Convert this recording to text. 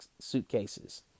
suitcases